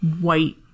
white